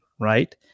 Right